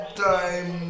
time